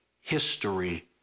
history